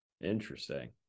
Interesting